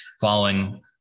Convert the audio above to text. following